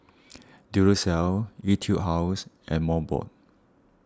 Duracell Etude House and Mobot